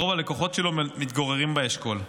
רוב הלקוחות שלו מתגוררים באשכול.